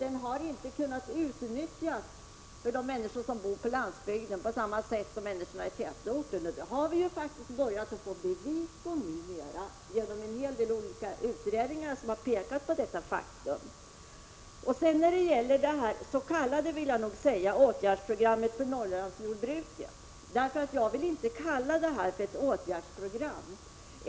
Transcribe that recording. Den har inte kunnat utnyttjas på samma sätt av de människor som bor på landsbygden som av människorna i tätorterna. Det har vi börjat få bevis för nu genom en hel del olika utredningar, som visat på detta faktum. Så till det s.k. åtgärdsprogrammet för Norrlandsjordbruket. Jag vill inte kalla det ett åtgärdsprogram.